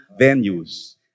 venues